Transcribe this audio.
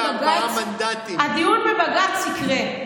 הדיון בבג"ץ יקרה,